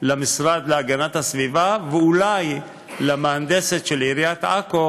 למשרד להגנת הסביבה ואולי למהנדסת של עיריית עכו,